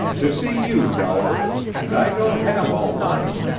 to see you, delbert, and i don't have all night.